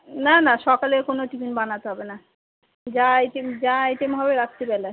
না না সকালের কোনো টিফিন বানাতে হবে না যা আইটেম যা আইটেম হবে রাত্রিবেলায়